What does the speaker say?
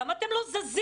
למה אתם לא זזים?